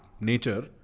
nature